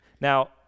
Now